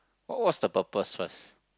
what was the purpose first